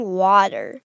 water